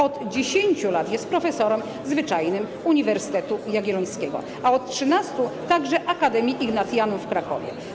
Od 10 lat jest profesorem zwyczajnym Uniwersytetu Jagiellońskiego, a od 13 lat także Akademii Ignatianum w Krakowie.